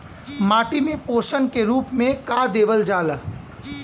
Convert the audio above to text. माटी में पोषण के रूप में का देवल जाला?